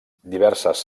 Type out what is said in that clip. diverses